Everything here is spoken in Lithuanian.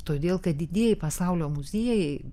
todėl kad didieji pasaulio muziejai